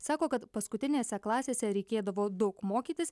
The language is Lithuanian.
sako kad paskutinėse klasėse reikėdavo daug mokytis